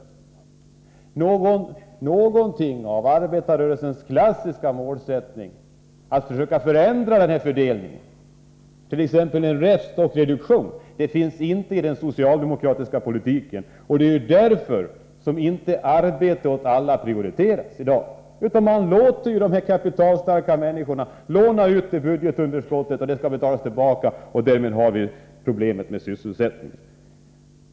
Någonting av arbetarrörelsens klassiska målsättning att försöka förändra fördelningen, att åstadkomma räfst och reduktion, finns inte i den socialdemokratiska politiken, och det är därför som arbete åt alla inte prioriteras i dag. Man låter i stället dessa kapitalstarka människor låna ut till budgetunderskottet, det lånade skall betalas tillbaka, och därmed har vi problemet med sysselsättningen.